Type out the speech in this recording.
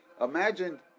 Imagine